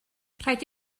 rhaid